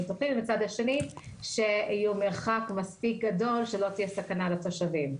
פותחים ומצד שני שיהיה מרחק מספיק גדול שלא תהיה סכנה לתושבים.